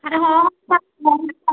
ଆରେ ହଁ